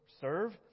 serve